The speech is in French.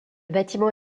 bâtiment